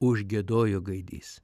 užgiedojo gaidys